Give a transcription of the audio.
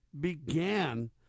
began